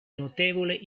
notevole